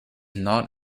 not